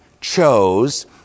chose